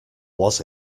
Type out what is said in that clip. was